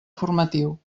formatiu